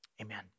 Amen